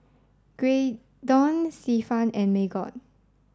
Graydon Stefan and Margot